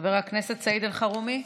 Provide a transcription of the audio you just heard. חבר הכנסת סעיד אלחרומי,